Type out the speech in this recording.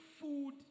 food